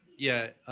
yeah.